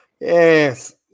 yes